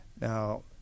Now